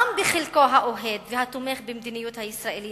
גם בחלקו האוהד והתומך במדיניות הישראלית,